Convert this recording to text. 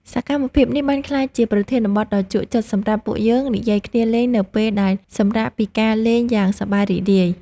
សកម្មភាពនេះបានក្លាយជាប្រធានបទដ៏ជក់ចិត្តសម្រាប់ពួកយើងនិយាយគ្នាលេងនៅពេលដែលសម្រាកពីការលេងយ៉ាងសប្បាយរីករាយ។